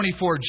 24